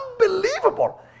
unbelievable